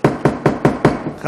שעסוק בדיבור,